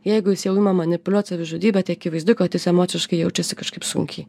jeigu jis jau ima manipuliuot savižudybe tai akivaizdu kad jis emociškai jaučiasi kažkaip sunkiai